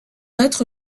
être